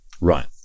right